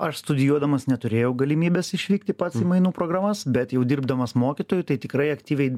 aš studijuodamas neturėjau galimybės išvykti pats į mainų programas bet jau dirbdamas mokytoju tai tikrai aktyviai